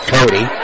Cody